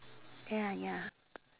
ya ya